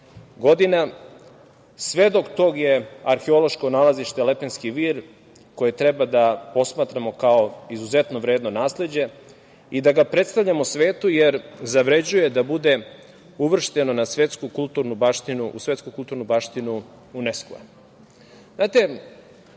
godina. Svedok toga je arheološko nalazište „Lepenski vir“, koje treba da posmatramo kao izuzetno vredno nasleđe i da ga predstavljamo svetu, jer zavređuje da bude uvršteno u Svetsku kulturnu baštinu UNESKO.Znate,